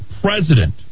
president